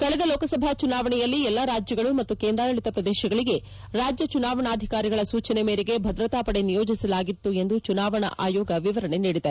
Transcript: ಕಳೆದ ಲೋಕಸಭಾ ಚುನಾವಣೆಯಲ್ಲಿ ಎಲ್ಲಾ ರಾಜ್ಯಗಳು ಮತ್ತು ಕೇಂದ್ರಾಡಳಿತ ಪ್ರದೇಶಗಳಿಗೆ ರಾಜ್ಯ ಚುನಾವಣಾಧಿಕಾರಿಗಳ ಸೂಚನೆ ಮೇರೆಗೆ ಭದ್ರತಾ ಪಡೆಯನ್ನು ನಿಯೋಜಿಸಲಾಗಿತ್ತು ಎಂದು ಚುನಾವಣಾ ಆಯೋಗ ವಿವರಣೆ ನೀಡಿದೆ